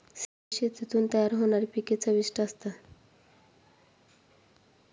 सेंद्रिय शेतीतून तयार होणारी पिके चविष्ट असतात